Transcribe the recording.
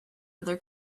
other